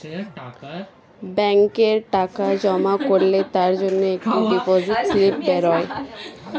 ব্যাংকে টাকা জমা করলে তার জন্যে একটা ডিপোজিট স্লিপ বেরোয়